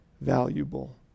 valuable